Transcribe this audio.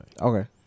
Okay